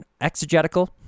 exegetical